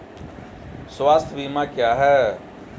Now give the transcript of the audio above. स्वास्थ्य बीमा क्या है?